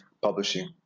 publishing